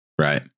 Right